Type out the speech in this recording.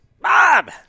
Bob